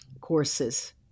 courses